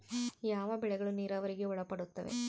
ಯಾವ ಬೆಳೆಗಳು ನೇರಾವರಿಗೆ ಒಳಪಡುತ್ತವೆ?